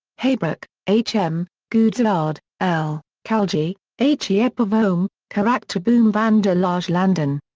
heybroek, h. m, goudzwaard, l, kaljee, h. iep of olm, karakterboom van de lage landen.